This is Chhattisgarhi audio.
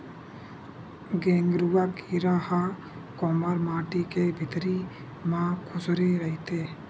गेंगरूआ कीरा ह कोंवर माटी के भितरी म खूसरे रहिथे